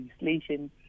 legislation